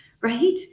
right